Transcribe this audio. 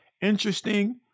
Interesting